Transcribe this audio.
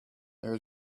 there